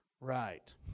Right